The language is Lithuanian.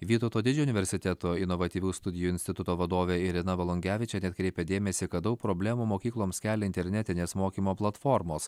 vytauto didžiojo universiteto inovatyvių studijų instituto vadovė irina volungevičienė atkreipia dėmesį kad daug problemų mokykloms kelia internetinės mokymo platformos